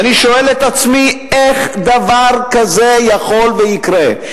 ואני שואל את עצמי, איך דבר כזה יכול שיקרה?